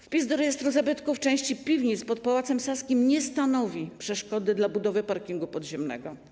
Wpis do rejestru zabytków części piwnic pod Pałacem Saskim nie stanowi przeszkody dla budowy parkingu podziemnego.